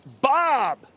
Bob